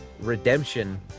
redemption